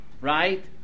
right